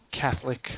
Catholic